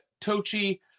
Tochi